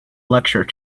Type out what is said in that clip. lecture